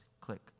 Click